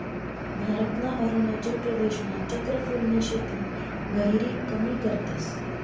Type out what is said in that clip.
भारतना अरुणाचल प्रदेशमा चक्र फूलनी शेती गहिरी कमी करतस